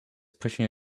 pushing